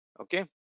Okay